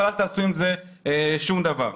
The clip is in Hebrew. אבל אל תעשו עם זה שום דבר.